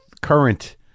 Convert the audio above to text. current